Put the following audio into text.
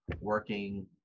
working